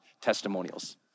testimonials